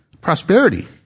prosperity